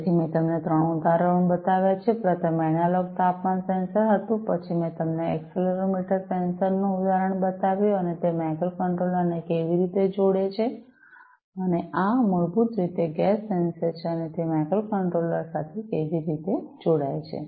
તેથી મેં તમને 3 ઉદાહરણો બતાવ્યા છે પ્રથમ એ એનાલોગ તાપમાન સેન્સર હતું પછી મેં તમને એક્સીલેરોમીટર સેન્સર નું ઉદાહરણ બતાવ્યું અને તે માઇક્રોકન્ટ્રોલર ને કેવી રીતે જોડે છે અને આ મૂળભૂત રીતે ગેસ સેન્સર છે અને તે માઇક્રોકન્ટ્રોલર સાથે કેવી રીતે જોડાય છે